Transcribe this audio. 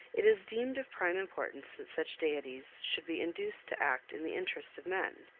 it is deemed of prime importance that such deities should be induced to act in the interest of men.